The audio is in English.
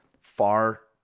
far